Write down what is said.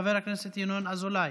חבר הכנסת ינון אזולאי.